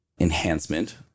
enhancement